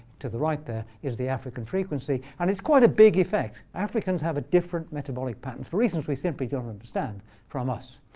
to the right there, is the african frequency. and it's quite a big effect. africans have different metabolic patterns for reasons we simply don't understand from us.